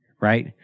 right